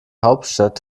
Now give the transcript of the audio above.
hauptstadt